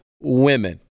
women